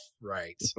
right